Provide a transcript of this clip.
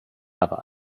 aber